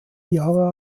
jahre